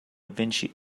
vinci